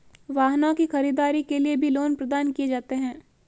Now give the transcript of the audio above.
वाहनों की खरीददारी के लिये भी लोन प्रदान किये जाते हैं